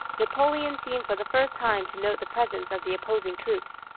napoleon seemed for the first time to note the presence of the opposing troops.